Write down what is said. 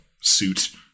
suit